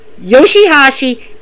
Yoshihashi